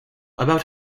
about